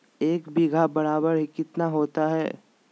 एक बीघा बराबर कितना होता है?